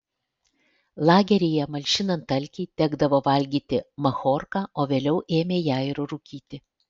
lageryje malšinant alkį tekdavo valgyti machorką o vėliau ėmė ją ir rūkyti